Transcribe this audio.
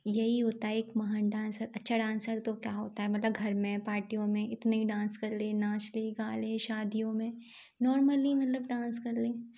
यही होता है एक महान डांसर अच्छा डांसर तो क्या होता है मतलब घर में पार्टियों मे इतने डांस कर लें नाच लें गा लें शादियों में नॉर्मली मतलब डांस कर लें